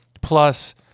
plus